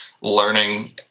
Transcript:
learning